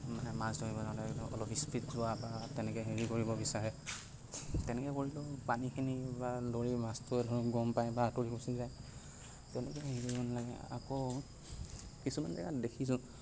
মানে মাছ ধৰিব যাওঁতে অলপ স্পীড যোৱা তেনেকে হেৰি কৰিব বিচাৰে তেনেকে কৰিলেওঁ পানীখিনি বা লৰি মাছটোয়ে বা গম পায় বা আতৰি গুচি যায় তেনেকুৱা কৰিব নালাগে আকৌ কিছুমান জাগাত দেখিছোঁ